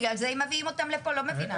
בגלל זה מביאים אותם לפה, אני לא מבינים.